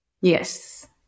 Yes